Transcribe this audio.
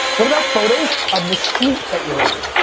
what about photos of the street that you're on?